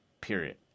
Period